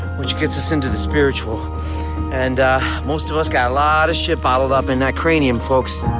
which gets us into the spiritual and most of us got a lot of shit bottled up in that cranium folks.